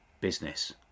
business